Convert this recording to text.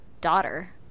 daughter